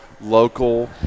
local